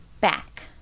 Back